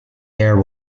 heir